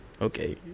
okay